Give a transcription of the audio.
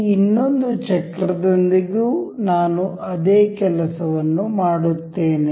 ಈ ಇನ್ನೊಂದು ಚಕ್ರದೊಂದಿಗೂ ನಾನು ಅದೇ ಕೆಲಸವನ್ನು ಮಾಡುತ್ತೇನೆ